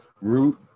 root